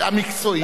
המקצועית.